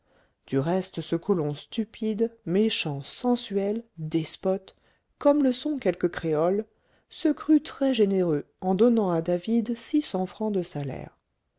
du reste ce colon stupide méchant sensuel despote comme le sont quelques créoles se crut très généreux en donnant à david six cents francs de salaire